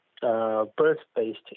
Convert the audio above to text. birth-based